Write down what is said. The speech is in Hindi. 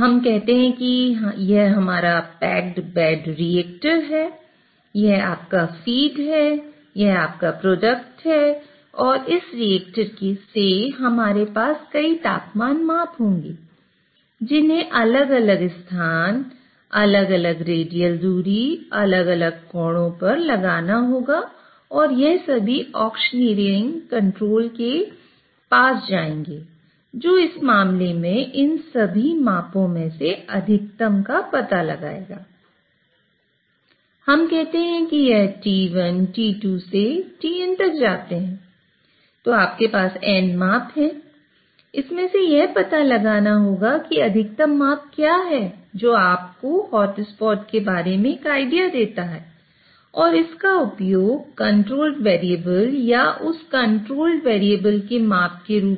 हम कहते हैं कि यह हमारा पैक्ड बेड रिएक्टर के माप के रूप